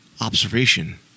observation